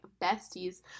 besties